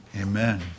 Amen